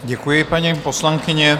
Děkuji, paní poslankyně.